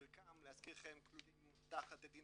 חלקם, להזכירכם, כלולים תחת הדין